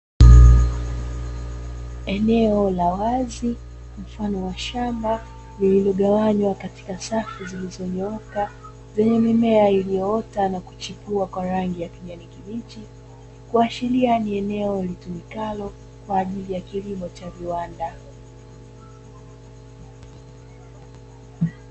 Eneo la wazi mfano wa shamba lililogawanywa katika safu zilizonyooka zenye mimea iliyoota na kuchipua kwa rangi ya kijani kibichi, kuashiria ni eneo linalotumika kwa ajili ya kilimo cha viwanda.